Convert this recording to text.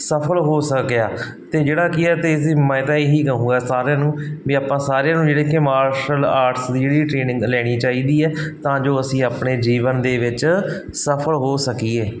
ਸਫਲ ਹੋ ਸਕਿਆ ਅਤੇ ਜਿਹੜਾ ਕੀ ਹੈ ਅਤੇ ਮੈਂ ਤਾਂ ਇਹੀ ਕਹੂੰਗਾ ਸਾਰਿਆਂ ਨੂੰ ਵੀ ਆਪਾਂ ਸਾਰਿਆਂ ਨੂੰ ਜਿਹੜੇ ਕਿ ਮਾਰਸ਼ਲ ਆਰਟਸ ਦੀ ਜਿਹੜੀ ਟ੍ਰੇਨਿੰਗ ਲੈਣੀ ਚਾਹੀਦੀ ਹੈ ਤਾਂ ਜੋ ਅਸੀਂ ਆਪਣੇ ਜੀਵਨ ਦੇ ਵਿੱਚ ਸਫਲ ਹੋ ਸਕੀਏ